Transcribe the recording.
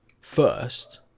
first